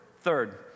Third